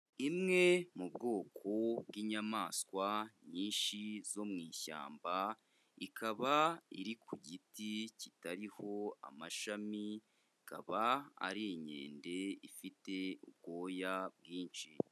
Imwe mu bwoko bw'inyamaswa nyinshi zo mu ishyamba, ikaba iri ku giti kitariho amashami, ikaba ari inkende ifite ubwoya bwinshi.